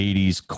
80s